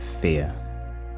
fear